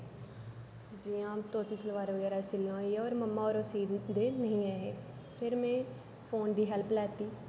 जियां तुस सलावर बगैरा सिलना होई गया और ममा और उसी सिलदे नेई ऐ है फिर में फौन दी हैल्प लेती